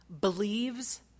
believes